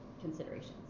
considerations